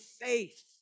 faith